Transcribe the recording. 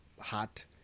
hot